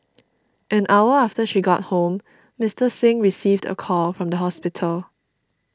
an hour after she got home Mister Singh received a call from the hospital